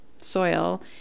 soil